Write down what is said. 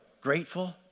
grateful